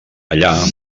allà